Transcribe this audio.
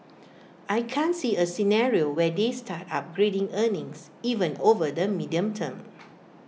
I can't see A scenario where they start upgrading earnings even over the medium term